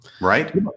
Right